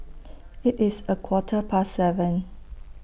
IT IS A Quarter Past seven